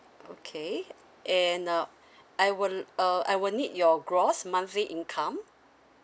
okay and uh I would l~ uh I will need your gross monthly income